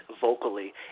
vocally